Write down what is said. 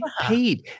paid